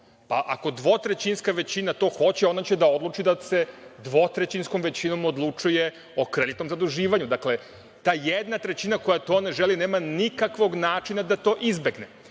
pa ako dvotrećinska većina to hoće, ona će da odluči da se dvotrećinskom većinom odlučuje o kreditnom zaduživanju. Ta jedna trećina koja to ne želi nema nikakvog načina da to izbegne.